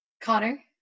Connor